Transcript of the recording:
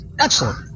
Excellent